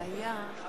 הודעתי, תמה ההצבעה.